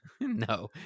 No